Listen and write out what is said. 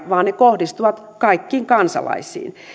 vaan ne kohdistuvat kaikkiin kansalaisiin